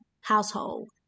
household